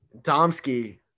Domsky